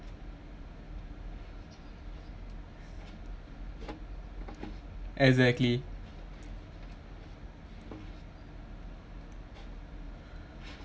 exactly